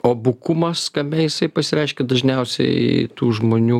o bukumas kame jisai pasireiškia dažniausiai tų žmonių